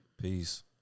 Peace